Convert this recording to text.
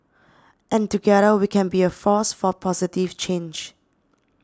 and together we can be a force for positive change